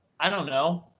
i don't know,